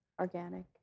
Organic